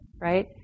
right